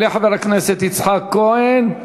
יעלה חבר הכנסת יצחק כהן,